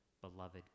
beloved